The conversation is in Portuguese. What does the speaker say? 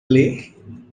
ler